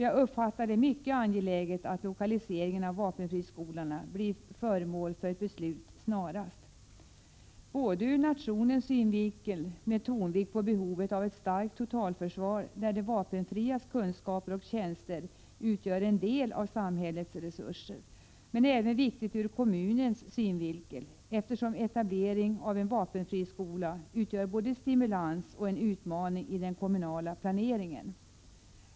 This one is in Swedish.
Jag betraktar det som mycket angeläget att lokaliseringen av vapenfriskolorna blir föremål för ett beslut snarast. Det är viktigt ur nationens synvinkel med tonvikt på behovet av ett starkt totalförsvar, där de vapenfrias kunskaper och tjänster utgör en del av samhällets resurser. Men det är även viktigt ur kommunens synvinkel, eftersom en etablering av en vapenfriskola utgör både en stimulans och en utmaning i den kommunala planeringen.